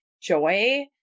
joy